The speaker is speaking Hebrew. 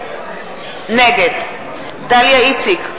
נגד דליה איציק,